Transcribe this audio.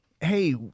hey